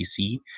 PC